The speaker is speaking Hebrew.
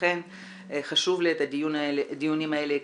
לכן חשוב לקיים את הדיונים האלה.